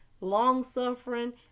long-suffering